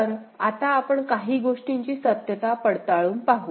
तर आता आपण काही गोष्टींची सत्यता पडताळून पाहू